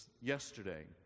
Yesterday